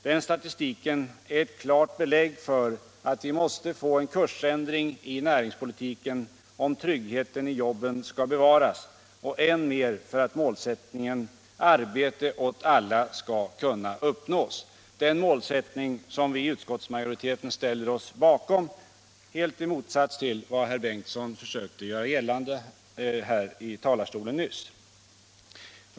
Den statistiken är ett klart belägg för att vi måste få en kursändring i näringspolitiken om tryggheten i jobben skall bevaras och än mer för att målet om arbete åt alla skall kunna uppnås —- den målsättning som vi i utskottsmajoriteten ställer oss bakom, helt i motsats till vad herr Ingemund Bengtsson i Varberg försökte göra gällande från talarstolen nyss.